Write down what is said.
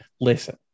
listen